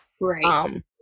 Right